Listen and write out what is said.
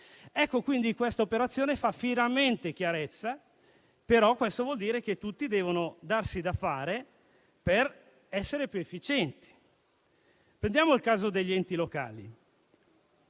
miliardi. L'operazione fa finalmente chiarezza, ma ciò vuol dire che tutti devono darsi da fare per essere più efficienti. Prendiamo il caso degli enti locali: